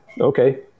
Okay